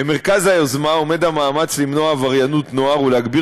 במרכז היוזמה עומד המאמץ למנוע עבריינות נוער ולהגביר